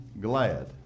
glad